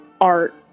art